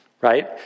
right